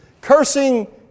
cursing